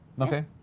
okay